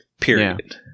period